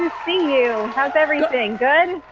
see you! how's everything, good?